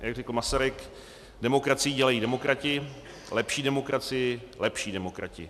Jak řekl Masaryk, demokracii dělají demokrati, lepší demokracii lepší demokrati.